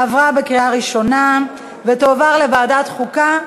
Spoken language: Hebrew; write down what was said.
עברה בקריאה ראשונה ותועבר לוועדת החוקה,